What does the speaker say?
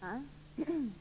Herr talman!